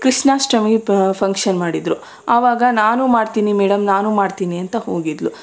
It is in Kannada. ಕೃಷ್ಣಾಷ್ಟಮಿ ಫಂಕ್ಷನ್ ಮಾಡಿದ್ದರು ಆವಾಗ ನಾನೂ ಮಾಡ್ತೀನಿ ಮೇಡಮ್ ನಾನೂ ಮಾಡ್ತೀನಿ ಅಂತ ಹೋಗಿದ್ಲು